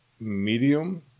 medium